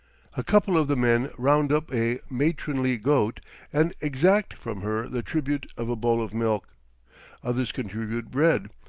a couple of the men round up a matronly goat and exact from her the tribute of a bowl of milk others contribute bread,